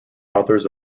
authors